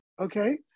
Okay